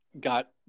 got